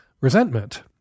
resentment